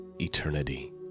eternity